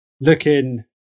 looking